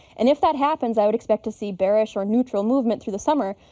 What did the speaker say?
and if that happens i would expect to see bearish or neutral movement through the summer.